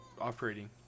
operating